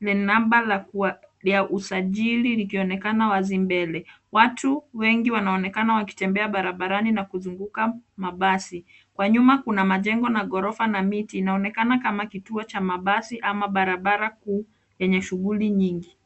lenye namba ya usajili likionekana wazi mbele. Watu wengi wanaonekana wakitembea barabarani na kuzunguka mabasi. Kwa nyuma kuna majengo na ghorofa na miti. Inaonekana kama kituo cha mabasi ama barabara kuu yenye shughuli nyingi.